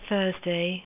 Thursday